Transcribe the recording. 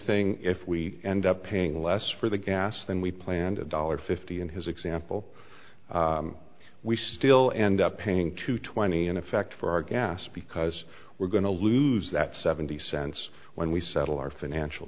thing if we end up paying less for the gas than we planned a dollar fifty and his example we still end up paying to twenty in effect for our gas because we're going to lose that seventy cents when we settle our financial